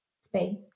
space